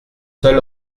seul